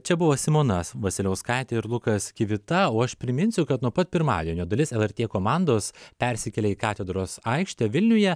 čia buvo simona vasiliauskaitė ir lukas kivita o aš priminsiu kad nuo pat pirmadienio dalis lrt komandos persikėlė į katedros aikštę vilniuje